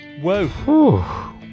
whoa